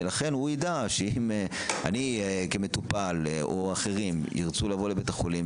ולכן הוא יידע שאם אני כמטופל או אחרים ירצו לבוא בשערי בית החולים